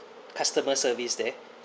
customer service there